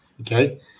Okay